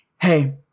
hey